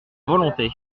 volonté